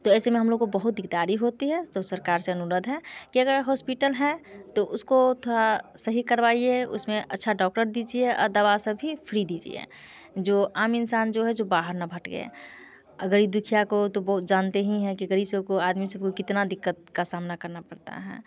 तो ऐसे में हम लोग को बहुत होती है तो सरकार से अनुरोध है कि अगर होस्पिटल है तो उसको थोड़ा सही करवाइए उसमें अच्छा डॉक्टर दीजिए आ दवा सब भी फ्री दीजिए जो आम इंसान जो है जो बाहर ना भटके अगर ये दुखिया को बो जानते ही हैं कि गरीब सबको आदमी सबको कितना दिक्कत का सामना करना पड़ता है